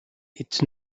its